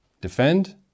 Defend